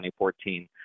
2014